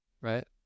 right